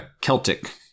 Celtic